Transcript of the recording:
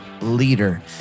Leader